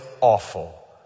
awful